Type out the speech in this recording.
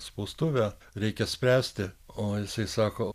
spaustuvę reikia spręsti o jisai sako